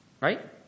right